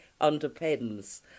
underpins